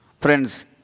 Friends